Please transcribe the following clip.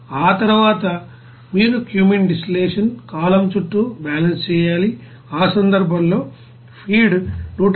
ఆ తరువాత మీరు క్యూమెన్ డిస్టిల్లషన్ కాలమ్ చుట్టూ బ్యాలెన్స్ చేయాలి ఆ సందర్భంలో ఫీడ్ 178